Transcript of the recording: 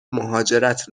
مهاجرت